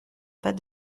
pas